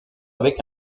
avec